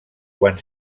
quan